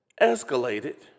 escalated